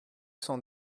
cent